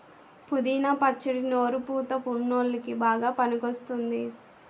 పుదీనా పచ్చడి నోరు పుతా వున్ల్లోకి బాగా పనికివస్తుంది